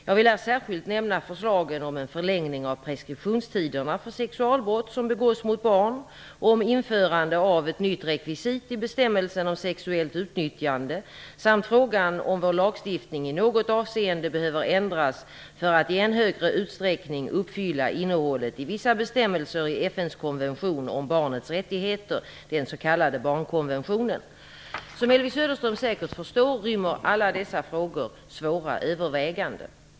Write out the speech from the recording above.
Jag vill här särskilt nämna förslagen om en förlängning av preskriptionstiderna för sexualbrott som begås mot barn och om införande av ett nytt rekvisit i bestämmelsen om sexuellt utnyttjande samt frågan om vår lagstiftning i något avseende behöver ändras för att i än högre utsträckning uppfylla innehållet i vissa bestämmelser i FN:s konvention om barnets rättigheter, den s.k. Barnkonventionen. Som Elvy Söderström säkert förstår rymmer alla dessa frågor svåra överväganden.